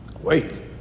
Wait